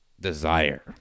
Desire